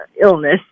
illness